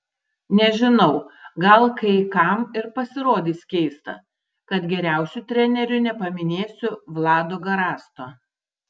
nežinau gal kai kam ir pasirodys keista kad geriausiu treneriu nepaminėsiu vlado garasto